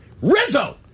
Rizzo